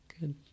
good